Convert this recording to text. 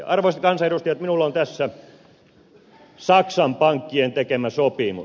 arvoisat kansanedustajat minulla on tässä saksan pankkien tekemä sopimus